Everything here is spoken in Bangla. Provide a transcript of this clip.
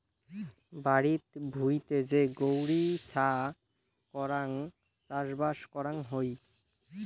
বাড়িত ভুঁইতে যে গৈরী ছা করাং চাষবাস করাং হই